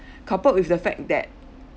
coupled with the fact that